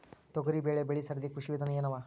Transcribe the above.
ತೊಗರಿಬೇಳೆ ಬೆಳಿ ಸರದಿ ಕೃಷಿ ವಿಧಾನ ಎನವ?